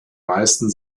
meisten